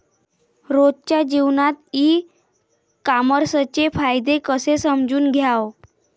रोजच्या जीवनात ई कामर्सचे फायदे कसे समजून घ्याव?